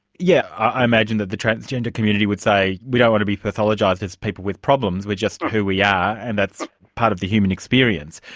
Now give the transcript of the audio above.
yeah, i imagine that the transgender community would say, we don't want to be pathologised as people with problems, we're just who we are, yeah and that's part of the human experience.